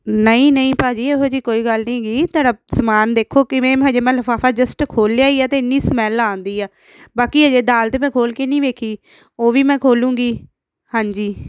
ਨਹੀਂ ਨਹੀਂ ਭਾਅ ਜੀ ਇਹੋ ਜਿਹੀ ਕੋਈ ਗੱਲ ਨਹੀਂ ਹੈਗੀ ਤੁਹਾਡਾ ਸਮਾਨ ਦੇਖੋ ਕਿਵੇਂ ਹਜੇ ਮੈਂ ਲਿਫਾਫਾ ਜਸਟ ਖੋਲਿਆ ਹੀ ਆ ਅਤੇ ਇੰਨੀ ਸਮੈਲ ਆਣ ਦੇਈ ਆ ਬਾਕੀ ਅਜੇ ਦਾਲ ਤਾਂ ਮੈਂ ਖੋਲ ਕੇ ਨਹੀਂ ਦੇਖੀ ਉਹ ਵੀ ਮੈਂ ਖੋਲੂੰਗੀ ਹਾਂਜੀ